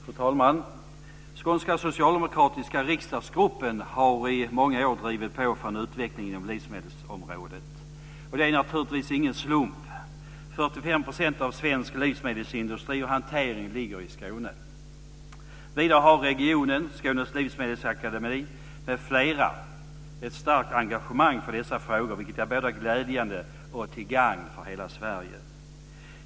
Fru talman! Skånska socialdemokratiska riksdagsgruppen har i många år drivit på för en utveckling inom livsmedelsområdet. Och det är naturligtvis ingen slump - 45 % av svensk livsmedelsindustri och hantering ligger i Skåne. Vidare har regionen, Skånes livsmedelsakademi m.fl. ett starkt engagemang för dessa frågor, vilket är både glädjande och till gagn för hela Sverige.